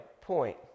point